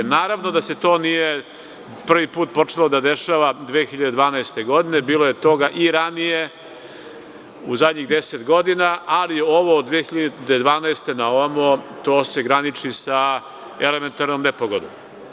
Naravno da se to nije prvi put počelo da dešava 2012. godine, bilo je toga i ranije, u zadnjih 10 godina, ali od 2012. godine na ovamo, to se graniči sa elementarnom nepogodom.